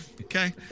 Okay